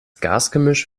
gasgemisch